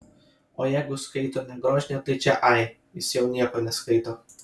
o jeigu skaito ne grožinę tai čia ai jis jau nieko neskaito